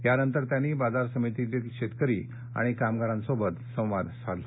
यानंतर त्यांनी बाजार समितीतील शेतकरी आणि कामगारांशी संवाद साधला